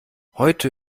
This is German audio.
heute